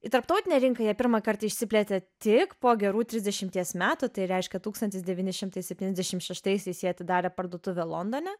į tarptautinę rinką jie pirmąkart išsiplėtė tik po gerų trisdešimties metų tai reiškia tūkstantis devyni šimtai septyniasdešim šeštaisiais jie atidarė parduotuvę londone